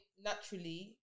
naturally